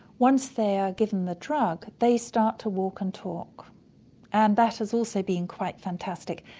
once they are given the drug they start to walk and talk and that has also been quite fantastic.